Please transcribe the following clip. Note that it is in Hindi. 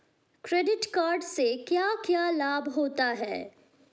क्रेडिट कार्ड से क्या क्या लाभ होता है?